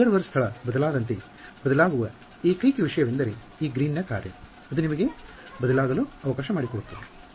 observer ಸ್ಥಳ ಬದಲಾದಂತೆ ಬದಲಾಗುವ ಏಕೈಕ ವಿಷಯವೆಂದರೆ ಈ ಗ್ರೀನ್ನ ಕಾರ್ಯ ಅದು ನಿಮಗೆ ಬದಲಾಗಲು ಅವಕಾಶ ಮಾಡಿಕೊಡುತ್ತದೆ